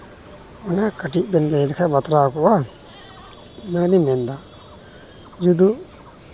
ᱚᱱᱟ ᱠᱟᱹᱴᱤᱡ ᱵᱮᱱ ᱞᱟᱹᱭ ᱞᱮᱠᱷᱟᱡ ᱵᱟᱛᱞᱟᱣ ᱠᱚᱜᱼᱟ ᱚᱱᱟᱜᱮᱧ ᱢᱮᱱ ᱮᱫᱟ ᱟᱞᱮᱫᱚ